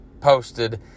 posted